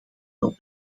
wel